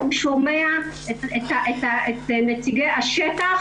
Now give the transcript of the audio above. הוא שומע את נציגי השטח,